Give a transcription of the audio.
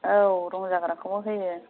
औ रं जाग्राखौबो होयो